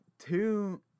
Two